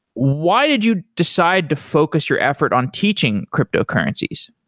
why did you decide to focus your effort on teaching cryptocurrencies?